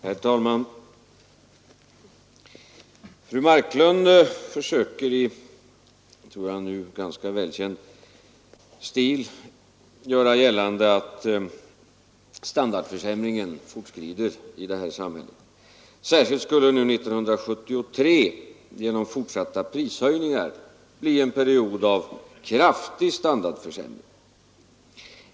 Herr talman! Fru Marklund försöker i vad jag tror nu ganska välkänd stil göra gällande att standardförsämringen fortskrider i det här samhället. Särskilt skulle år 1973 genom fortsatta prishöjningar bli en period av kraftig standardförsämring.